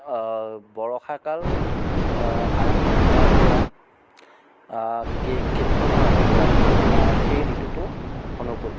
বৰষাকাল আৰম্ভ হোৱাৰ পৰা কেই কেইদিনমানৰ আগৰ পৰা সেই ঋতুতো অনুকূল